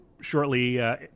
shortly—